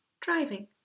driving